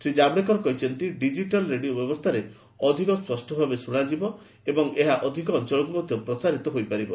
ଶ୍ରୀ ଜାଭଡେକର କହିଛନ୍ତି digital radio ବ୍ୟବସ୍ଥାରେ ଅଧିକ ସ୍ୱଷ୍ଟ ଭାବେ ଶୁଣାଯିବ ଏବଂ ଏହା ଅଧିକ ଅଞ୍ଚଳକୁ ମଧ୍ୟ ପ୍ରସାରିତ ହୋଇପାରିବ